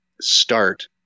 start